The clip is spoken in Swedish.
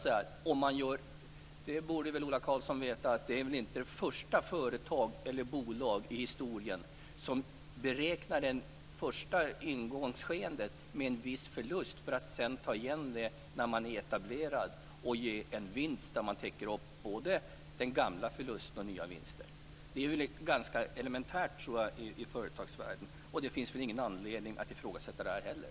Ola Karlsson borde veta att det inte är det första bolaget eller företaget i historien som i ingångsskedet räknar med en viss förlust för att sedan ta igen när man väl är etablerad och få en vinst så att både den gamla förlusten och nya vinster täcks upp. Det tror jag är ganska elementärt inom företagsvärlden. Det finns väl ingen anledning att ifrågasätta det här heller.